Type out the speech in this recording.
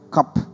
Cup